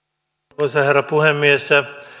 arvoisa herra puhemies